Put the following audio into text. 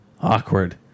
awkward